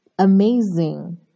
Amazing